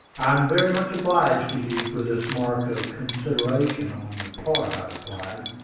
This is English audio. i am very much obliged to you for this mark of consideration on your part, i replied.